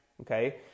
okay